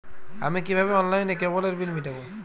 আমি কিভাবে অনলাইনে কেবলের বিল মেটাবো?